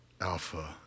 Alpha